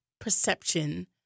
perception